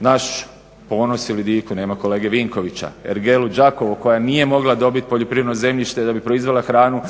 naš ponos ili diku, nema kolege Vinkovića, Ergelu Đakovo koja nije mogla dobiti poljoprivredno zemljište da bi proizvela hranu